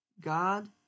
God